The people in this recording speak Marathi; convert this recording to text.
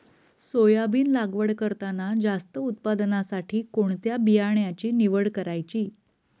सोयाबीन लागवड करताना जास्त उत्पादनासाठी कोणत्या बियाण्याची निवड करायची?